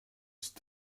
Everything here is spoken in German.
ist